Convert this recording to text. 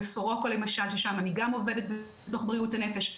בסורוקה למשל ששם אני גם עובדת בבריאות הנפש,